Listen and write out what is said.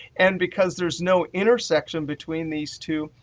and because there's no intersection between these two,